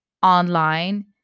Online